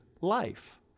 life